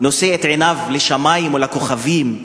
נושאים את עינינו לשמים או לכוכבים,